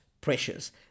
pressures